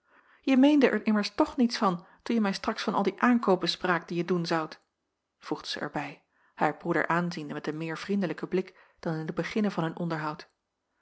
je meende er immers toch niets van toen je mij straks van al die aankoopen spraakt die je doen zoudt voegde zij er bij haar broeder aanziende met een meer vriendelijken blik dan in den beginne van hun onderhoud